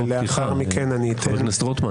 ולאחר מכן אני אתן --- בתוך ישיבה יש הצהרות פתיחה.